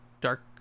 dark